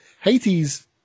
Haiti's